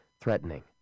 threatening